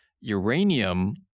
uranium